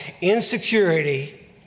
insecurity